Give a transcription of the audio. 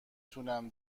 تونم